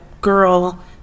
girl